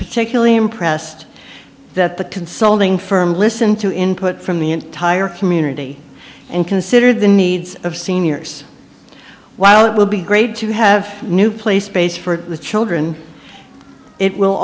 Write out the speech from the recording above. particularly impressed that the consulting firm listened to input from the entire community and considered the needs of seniors while it will be great to have new play space for the children it will